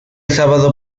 sábado